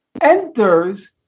enters